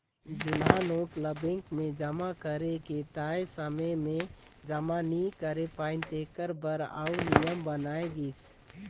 जुनहा नोट ल बेंक मे जमा करे के तय समे में जमा नी करे पाए तेकर बर आउ नियम बनाय गिस